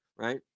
Right